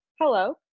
Hello